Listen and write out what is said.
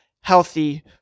healthy